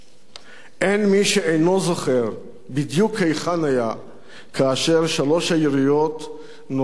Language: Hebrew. אין מי שאינו זוכר בדיוק היכן היה כאשר שלוש היריות נורו אל גבו